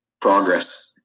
Progress